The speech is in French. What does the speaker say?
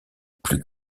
plus